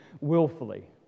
willfully